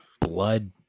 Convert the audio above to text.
blood